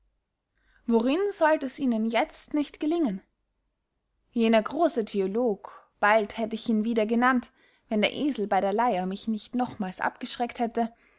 sollt es ihnen jetzt nicht gelingen jener grosse theolog bald hätt ich ihn wieder genannt wenn der esel bey der leyer mich nicht nochmals abgeschreckt hätte